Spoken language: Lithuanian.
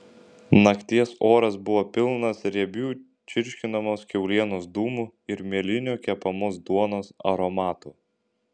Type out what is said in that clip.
nakties oras buvo pilnas riebių čirškinamos kiaulienos dūmų ir mielinio kepamos duonos aromato